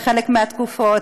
בחלק מהתקופות,